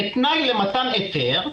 כתנאי למתן היתר,